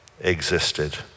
existed